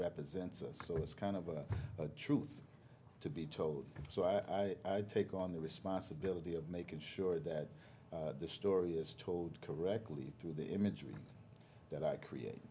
represents so it's kind of a truth to be told so i take on the responsibility of making sure that the story is told correctly through the imagery that i create